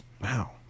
wow